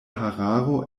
hararo